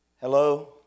Hello